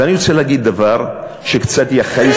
ואני רוצה להגיד דבר שקצת יכעיס,